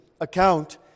account